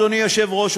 אדוני היושב-ראש,